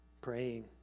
praying